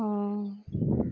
ہاں